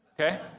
okay